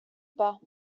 pas